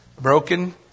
broken